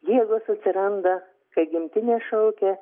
jėgos atsiranda kai gimtinė šaukia